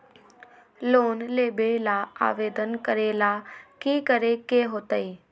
Loan लेबे ला आवेदन करे ला कि करे के होतइ?